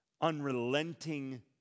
unrelenting